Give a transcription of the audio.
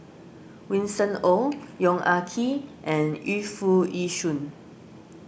Winston Oh Yong Ah Kee and Yu Foo Yee Shoon